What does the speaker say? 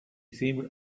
seemed